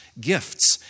gifts